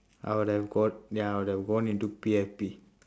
I would have gone ya I would have gone into P_F_P